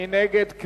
מי נגד?